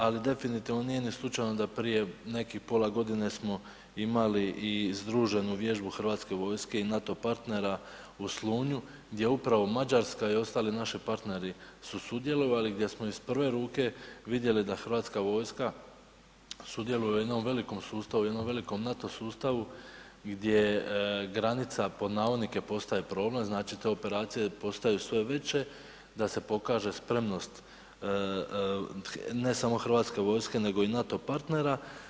Ali definitivno nije slučajno da prije nekih pola godine smo imali i združenu vježbu Hrvatske vojske i NATO partnera u Slunju gdje upravo Mađarska i ostali naši partneri su sudjelovali gdje smo iz prve ruke vidjeli da Hrvatska vojska sudjeluje u jednom velikom sustavu u jednom velikom NATO sustavu gdje „granica postaje problem“, znači te operacije postaju sve veće da se pokaže spremnost ne samo Hrvatske vojske nego i NATO partnera.